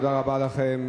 תודה רבה לכם,